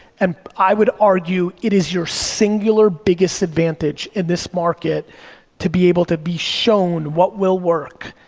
and i would argue it is your singular biggest advantage in this market to be able to be shown what will work,